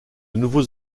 nouveaux